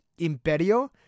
imperio